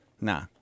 nah